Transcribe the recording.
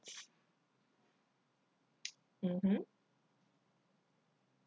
mmhmm